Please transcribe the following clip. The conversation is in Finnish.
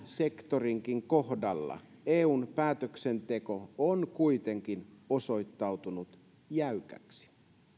sektorin kohdalla eun päätöksenteko on kuitenkin osoittautunut jäykäksi